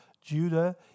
Judah